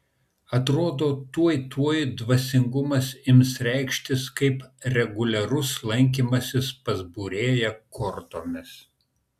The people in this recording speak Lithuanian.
atrodo tuoj tuoj dvasingumas ims reikštis kaip reguliarus lankymasis pas būrėją kortomis